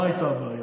מה הייתה הבעיה?